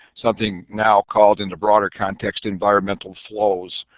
something now called into broader context environmental flows.